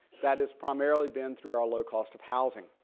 that is primarily been through our low cost of housing.